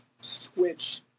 switch